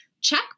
check